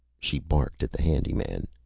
she barked at the handy man.